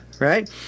right